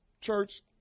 Church